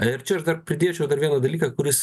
na ir čia aš dar pridėčiau dar vieną dalyką kuris